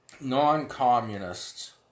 non-communists